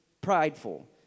prideful